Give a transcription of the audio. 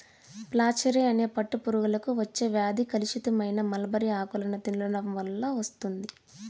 flacherie అనే పట్టు పురుగులకు వచ్చే వ్యాధి కలుషితమైన మల్బరీ ఆకులను తినడం వల్ల వస్తుంది